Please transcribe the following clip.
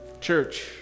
Church